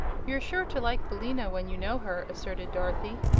you're sure to like billina, when you know her, asserted dorothy.